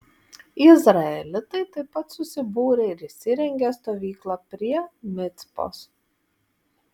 izraelitai taip pat susibūrė ir įsirengė stovyklą prie micpos